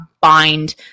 bind